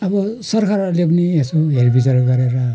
अब सरकारहरले पनि यसो हेर विचार गरेर